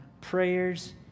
prayers